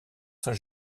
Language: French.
saint